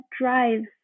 drives